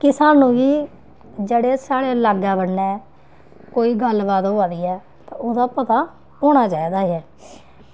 कि सानूं गी जेह्ड़ा साढ़े लाग्गै बन्नै कोई गल्लबात होआ दी ऐ ते ओह्दा पता होना चाहिदा ऐ